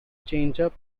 changeup